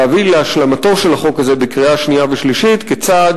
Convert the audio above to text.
להביא להשלמתו של החוק הזה בקריאה שנייה ושלישית כצעד